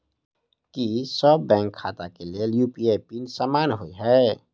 की सभ बैंक खाता केँ लेल यु.पी.आई पिन समान होइ है?